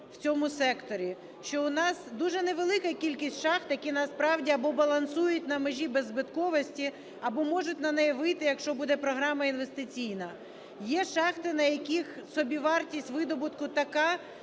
в цьому секторі, що у нас дуже невелика кількість шахт, які насправді або балансують на межі беззбитковості, або можуть на неї вийти, якщо буде програма інвестиційна. Є шахти, на яких собівартість видобутку така,